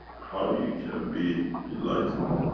how you can be enlightened,